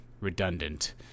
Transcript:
redundant